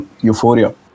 euphoria